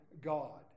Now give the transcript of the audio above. God